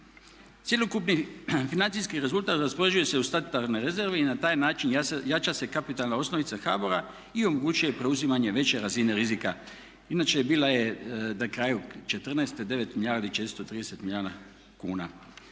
Cjelokupni financijski rezultat raspoređuje se u statutarne rezerve i na taj način jača se kapitalna osnovica HBOR-a i omogućuje preuzimanje veće razine rizika. Inače, bila je na kraju četrnaeste 9 milijardi i 430 milijuna kuna.